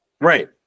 right